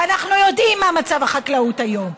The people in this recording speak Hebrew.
ואנחנו יודעים מה מצב החקלאות היום,